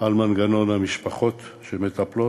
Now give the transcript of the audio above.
על מנגנון המשפחות שמטפלות,